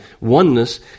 oneness